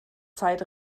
zeit